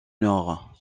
nord